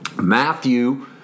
Matthew